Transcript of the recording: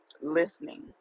listening